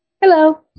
Hello